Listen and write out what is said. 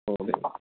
आव